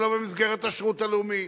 שלא במסגרת השירות הלאומי,